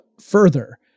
further